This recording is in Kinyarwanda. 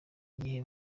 igihe